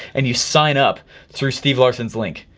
and you sign up through steve larsen's link.